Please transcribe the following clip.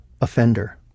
offender